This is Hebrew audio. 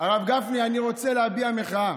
הרב גפני, אני רוצה להביע מחאה.